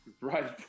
right